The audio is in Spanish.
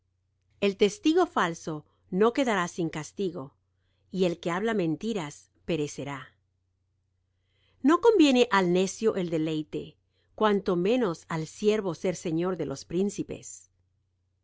el testigo falso no quedará sin castigo y el que habla mentiras perecerá no conviene al necio el deleite cuánto menos al siervo ser señor de los príncipes